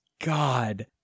god